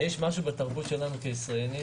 בתרבות הישראלית